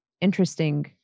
interesting